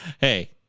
Hey